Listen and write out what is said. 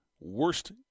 worst